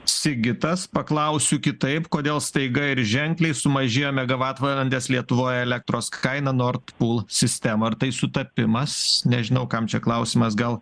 sigitas paklausiu kitaip kodėl staiga ir ženkliai sumažėjo megavatvalandės lietuvoj elektros kaina nord pul sistemoj ar tai sutapimas nežinau kam čia klausimas gal